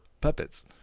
puppets